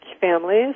families –